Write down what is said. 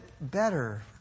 better